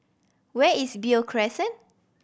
where is Beo Crescent